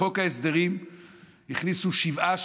בחוק ההסדרים הכניסו שבעה,